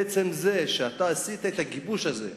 עצם זה שעשית את הגיבוש הזה,